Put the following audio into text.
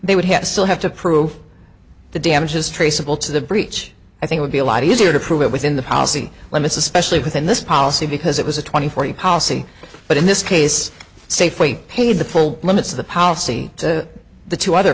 they would have to still have to prove the damages traceable to the breach i think would be a lot easier to prove it within the policy limits especially within this policy because it was a twenty four year policy but in this case safeway paid the full limits of the policy to the two other